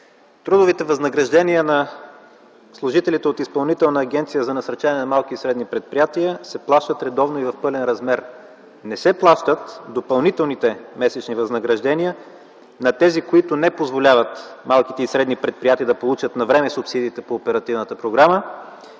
Трудовите възнаграждения на служителите от Изпълнителна агенция за насърчаване на малки и средни предприятия се плащат редовно и в пълен размер. Не се плащат допълнителните месечни възнаграждения на тези, които не позволяват малките и средни предприятия да получат навреме субсидиите по оперативната програма